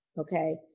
Okay